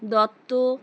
Dutta